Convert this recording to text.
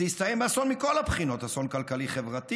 הסתיים באסון מכל הבחינות, אסון כלכלי-חברתי,